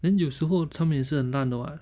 then 有时候他们也是很烂 [what]